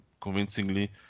convincingly